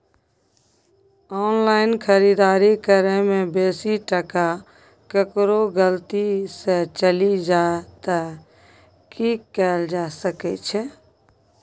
Online खरीददारी करै में बेसी टका केकरो गलती से चलि जा त की कैल जा सकै छै?